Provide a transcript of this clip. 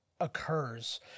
occurs